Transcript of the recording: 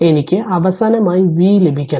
എനിക്ക് അവസാനമായി V ലഭിക്കണം